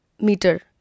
meter